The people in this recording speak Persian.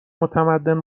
متمدن